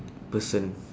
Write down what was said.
person